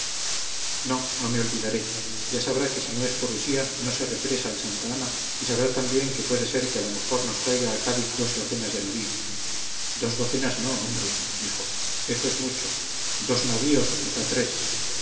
no no me olvidaré ya sabrá que si no es por usía no se represa el santa ana y sabrá también que puede ser que a lo mejor nos traiga a cádiz dos docenas de navíos dos docenas no hombre dijo eso es mucho dos navíos o quizás tres